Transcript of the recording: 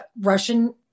russian